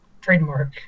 trademark